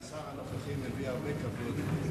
השר הנוכחי מביא הרבה כבוד.